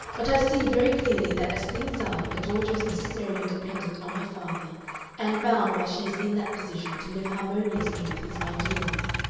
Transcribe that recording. but i see very clearly that as things are a daughter is necessarily dependent on her father and bound while she is in that position to live harmoniously with his ideals.